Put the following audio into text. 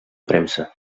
premsa